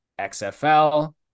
XFL